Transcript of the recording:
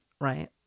right